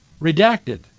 redacted